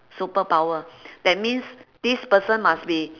superpower that means this person must be